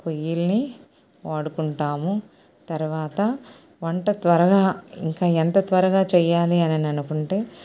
పొయ్యిలని వాడుకుంటాము తర్వాత వంట త్వరగా ఇంక ఎంత త్వరగా చెయ్యాలి అని అనుకుంటే